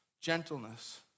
gentleness